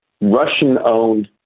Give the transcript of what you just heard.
Russian-owned